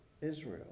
Israel